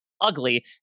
ugly